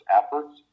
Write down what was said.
efforts